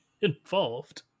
involved